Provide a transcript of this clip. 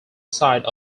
side